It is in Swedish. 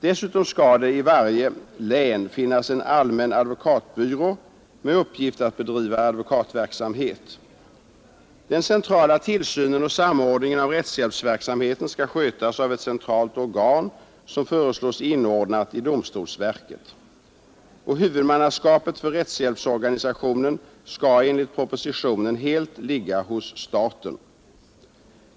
Dessutom skall det i varje län finnas en allmän advokatbyrå med uppgift att bedriva advokatverksamhet. Den centrala tillsynen och samordningen av rättshjälpsverksamheten skall skötas av ett centralt organ som föreslås inordnat i domstolsverket. Huvudmannaskapet för rättshjälpsorganisationen skall enligt propositionen helt ligga hos staten.